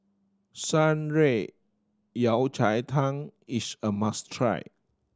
Shan Rui Yao Cai Tang is a must try